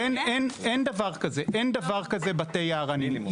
אין דבר כזה, אין דבר כזה בתי יערנים.